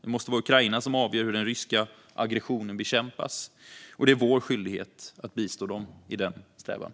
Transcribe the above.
Det måste vara Ukraina som avgör hur den ryska aggressionen bekämpas. Det är vår skyldighet att bistå dem i den strävan.